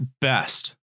best